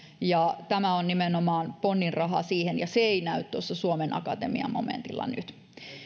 tämä on nimenomaan ponninraha siihen ja se ei näy tuossa suomen akatemian momentilla nyt